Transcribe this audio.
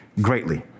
greatly